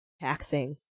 taxing